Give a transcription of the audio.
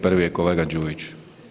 Prvi je kolega Đujić.